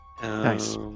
Nice